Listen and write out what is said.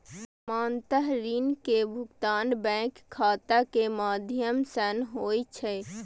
सामान्यतः ऋण के भुगतान बैंक खाता के माध्यम सं होइ छै